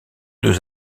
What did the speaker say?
deux